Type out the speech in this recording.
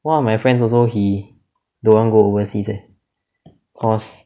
one of my friends also he don't want go overseas eh cause